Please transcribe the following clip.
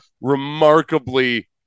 remarkably